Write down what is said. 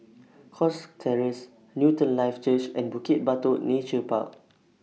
Cox Terrace Newton Life Church and Bukit Batok Nature Park